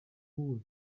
wool